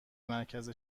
مرکز